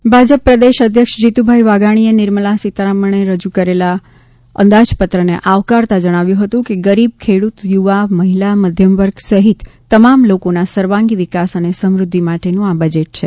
byte Bhajap પ્રદેશ અધ્યક્ષ જીતુભાઈ વાઘાણીએ નિર્મલા સીતારમણે રજૂ કરેલા અંદાજપત્રને આવકારતા જણાવ્યું હતું કે ગરીબ ખેડૂત યુવા મહિલા મધ્યમવર્ગ સહિત તમામ લોકોના સર્વાંગી વિકાસ અને સમૃદ્ધિ માટેનું આ બજેટ છે